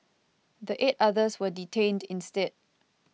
the eight others were detained instead